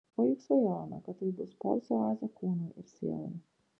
o juk svajojome kad tai bus poilsio oazė kūnui ir sielai